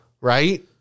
Right